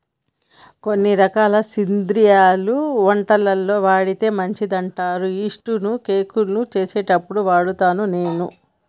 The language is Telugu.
కొన్ని రకాల శిలింద్రాలు వంటలల్ల వాడితే మంచిదంటారు యిస్టు ను కేకులు చేసేప్పుడు వాడుత నేను